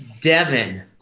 Devin